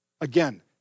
Again